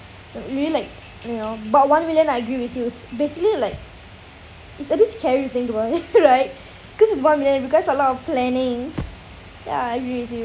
really like you know but one million I agree with you it's basically like it's a bit scary if you think about it right because it's one million because a lot of planning ya I agree with yo~